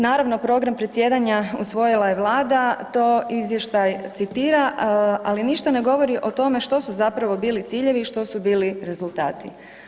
Naravno, program predsjedanja usvojila je vlada, to izvještaj citira, ali ništa ne govori o tome što su zapravo bili ciljevi i što su bili rezultati.